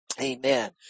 Amen